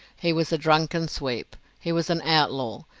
he was a drunken sweep. he was an outlaw,